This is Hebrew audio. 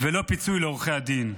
ולא פיצוי לעורכי הדין.